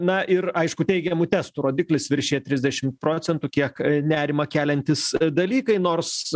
na ir aišku teigiamų testų rodiklis viršija trisdešim procentų kiek nerimą keliantys dalykai nors